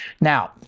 Now